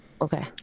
okay